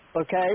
okay